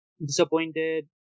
disappointed